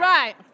Right